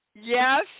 Yes